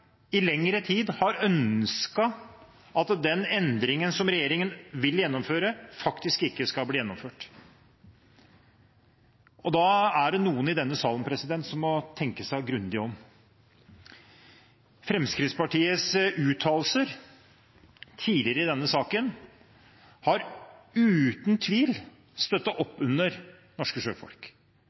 i lengre tid har ønsket at den endringen som regjeringen vil gjennomføre, faktisk ikke skal bli gjennomført. Da er det noen i denne salen som må tenke seg grundig om. Fremskrittspartiets tidligere uttalelser når det gjelder denne saken, har uten tvil støttet opp under norske sjøfolk.